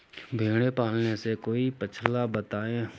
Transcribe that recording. भेड़े पालने से कोई पक्षाला बताएं?